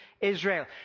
Israel